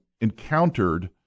encountered